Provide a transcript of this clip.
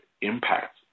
impact